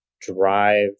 drive